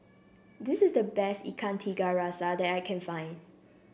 this is the best Ikan Tiga Rasa that I can find